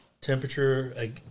temperature